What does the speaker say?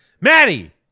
Maddie